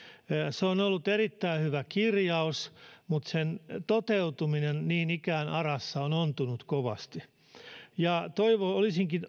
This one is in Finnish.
se on ollut erittäin hyvä kirjaus mutta sen toteutuminen niin ikään arassa on ontunut kovasti olisinkin